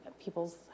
people's